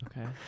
Okay